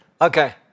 Okay